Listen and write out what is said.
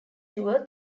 tour